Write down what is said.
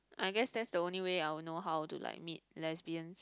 I guess that's the only way I will know how to like meet lesbians